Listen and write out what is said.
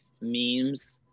memes